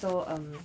so um